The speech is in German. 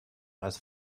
als